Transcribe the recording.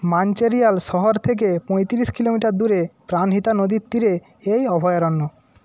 মানচেরিয়াল শহর থেকে পঁয়ত্রিশ কিলোমিটার দূরে প্রাণহিতা নদীর তীরে এই অভয়ারণ্য